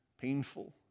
painful